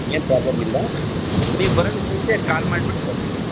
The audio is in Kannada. ಏನೂ ಪ್ರಾಬ್ಲಮ್ ಇಲ್ಲ ನೀವು ಬರೋದಕ್ಕೆ ಮುಂಚೆ ಕಾಲ್ ಮಾಡ್ಬಿಟ್ಟು ಬನ್ನಿ